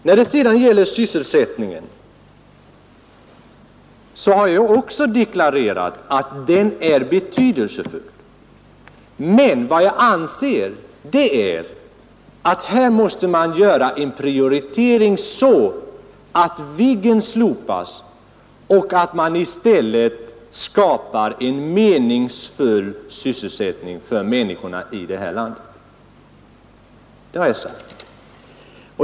När det sedan gäller sysselsättningen har jag också deklarerat att den är betydelsefull, men vad jag anser är att man måste göra prioriteringen så, att projektet Viggen slopas och att man i stället skapar en meningsfull sysselsättning för människorna i det här landet.